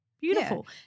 Beautiful